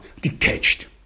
detached